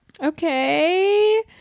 okay